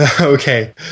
Okay